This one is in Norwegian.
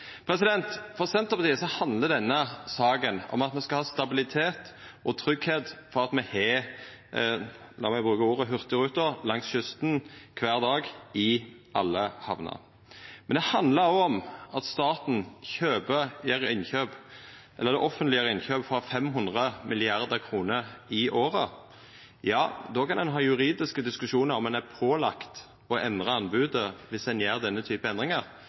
For Senterpartiet handlar denne saka om at me skal ha stabilitet og tryggleik for at me har – la meg bruka ordet – hurtigruta langs kysten kvar dag i alle hamner. Men det handlar òg om at det offentlege gjer innkjøp for 500 mrd. kr i året. Ja – då kan ein ha juridiske diskusjonar om ein er pålagd å endra anbodet viss ein gjer denne typen endringar.